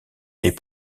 est